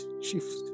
Shift